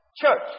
church